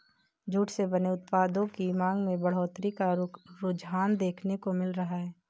jute से बने उत्पादों की मांग में बढ़ोत्तरी का रुझान देखने को मिल रहा है